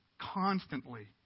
constantly